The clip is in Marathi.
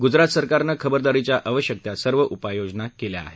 ग्जरात सरकारनं खबरदारीच्या आवश्यक त्या सर्व उपाययोजना केल्या आहेत